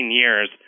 years